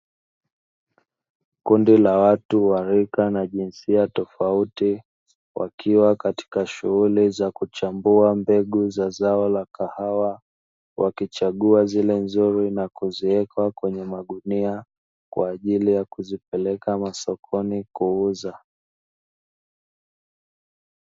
Kundi la watu wa rika na jinsia ya watu tofauti wakiwa katika shughuli ya kuchambua mbegu za zao la kahawa, wakichagua zile nzuri na kuziweka kwenye magunia kwa ajili ya kuzipeleka sokoni kuuza.